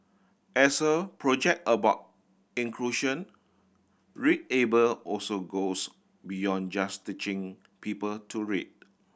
as a project about inclusion readable also goes beyond just teaching people to read